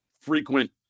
frequent